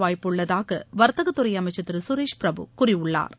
வாய்ப்புள்ளதாக வா்த்தகத்துறை அமைச்சா் திரு சுரேஷ் பிரபு கூறியுள்ளாா்